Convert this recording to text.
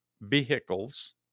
vehicles